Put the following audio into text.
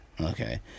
Okay